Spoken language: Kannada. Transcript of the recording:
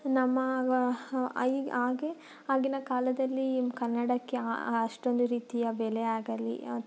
ನಮ್ಮ ಐ ಹಾಗೆ ಆಗಿನ ಕಾಲದಲ್ಲಿ ಕನ್ನಡಕ್ಕೆ ಅಷ್ಟೊಂದು ರೀತಿಯ ಬೆಲೆ ಆಗಲಿ